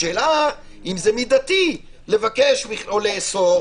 השאלה אם זה מידתי לבקש לאסור.